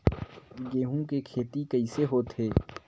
गेहूं के खेती कइसे होथे?